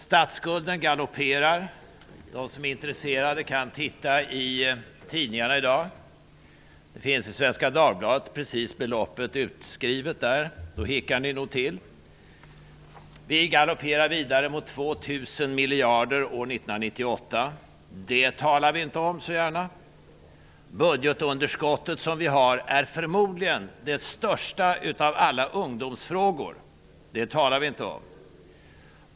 Statsskulden galopperar. De som är intresserade kan titta i tidningarna i dag. I Svenska Dagbladet finns beloppet utskrivet -- ni hickar nog till när ni ser det. Statsskulden galopperar vidare mot 2 000 miljarder år 1998! Det talar ni inte så gärna om. Budgetunderskottet är förmodligen den största av alla ungdomsfrågor. Det talar ni inte om.